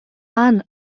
han